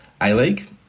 A-League